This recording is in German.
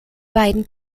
beiden